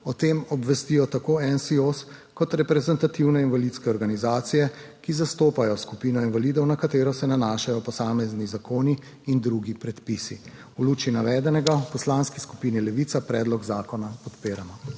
o tem obvestijo tako NSIOS kot reprezentativne invalidske organizacije, ki zastopajo skupino invalidov, na katero se nanašajo posamezni zakoni in drugi predpisi. V luči navedenega v Poslanski skupini Levica predlog zakona podpiramo.